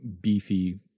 beefy